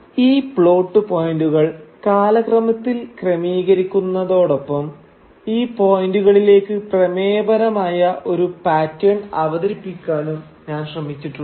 ഈ പ്ലോട്ട്പോയിന്റുകൾ കാലക്രമത്തിൽ ക്രമീകരിക്കുന്നതോടൊപ്പം ഈ പോയിന്റുകളിലേക്ക് പ്രമേയപരമായ ഒരു പാറ്റേൺ അവതരിപ്പിക്കാനും ഞാൻ ശ്രമിച്ചിട്ടുണ്ട്